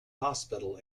hospital